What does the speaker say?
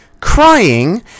Crying